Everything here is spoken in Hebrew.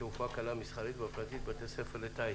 התעופה הקלה, המסחרית והפרטית ובתי הספר לטיס